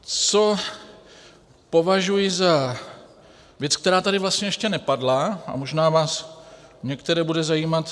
Co považuji za věc, která tady vlastně ještě nepadla a možná vás některé bude zajímat.